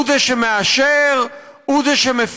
הוא זה שמאשר, הוא זה שמפקח,